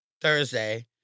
Thursday